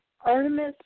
Artemis